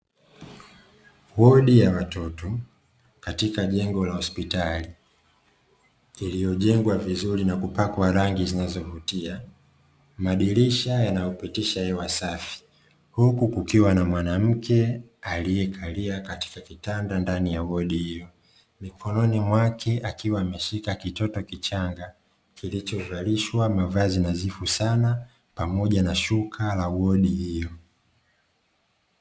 Wodi ya watoto katika jengo la hospitali lililojengwa vizuri na kupakwa rangi zinazo vutia, madirisha yanayopitisha hewa safi huku kukiwa na mwanamke aliekalia katika kitanda ndani ya wodi hiyo, mkononi mwake akiwa ameshika kitoto kichanga kilicho valishwa mavazi nadhifu sana pamoja na shuka la wodi hiyo.